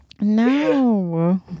No